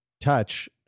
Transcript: touch